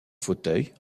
fauteuil